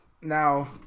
Now